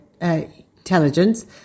Intelligence